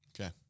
Okay